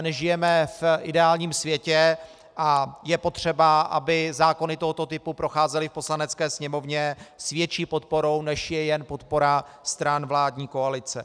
Nežijeme ale v ideálním světě a je potřeba, aby zákony tohoto typu procházely v Poslanecké sněmovně s větší podporou, než je jen podpora stran vládní koalice.